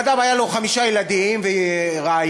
אדם היה לו חמישה ילדים ורעיה,